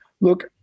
look